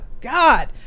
God